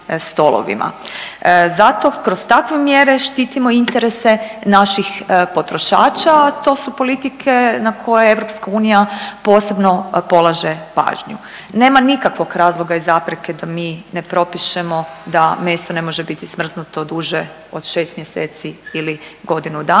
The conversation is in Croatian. Zato kroz takve mjere štitimo interese naših potrošača, a to su politike na koje EU posebno polaže pažnju. Nema nikakvog razloga i zapreke da mi ne propišemo da meso ne može biti smrznuto duže od 6 mjeseci ili godinu dana,